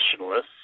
nationalists